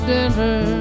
Denver